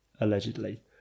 allegedly